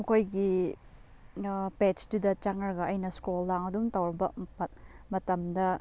ꯃꯈꯣꯏꯒꯤ ꯄꯦꯁꯇꯨꯗ ꯆꯪꯉꯒ ꯑꯩꯅ ꯏꯁꯀ꯭ꯔꯣꯜ ꯗꯥꯎꯟ ꯑꯗꯨꯝ ꯇꯧꯕ ꯃꯇꯝꯗ